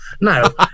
No